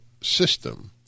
system